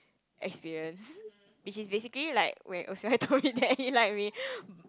experience which is basically like when told me that he like me